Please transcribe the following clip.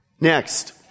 Next